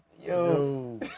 Yo